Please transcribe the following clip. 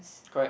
correct